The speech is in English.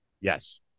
Yes